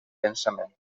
pensament